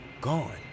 gone